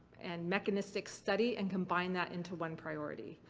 and mechanistic study and combine that into one priority.